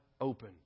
open